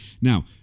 Now